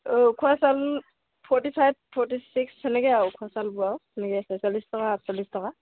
উখোৱা চাউল forty five forty six তেনেকে আৰু উখোৱা চাউলবোৰ আউ তেনেকে আছে ছয়চল্লিছ টকা আঠচল্লিছ টকা